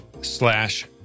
slash